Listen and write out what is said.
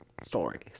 stories